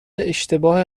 اشتباه